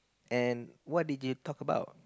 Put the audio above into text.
and what did you talk about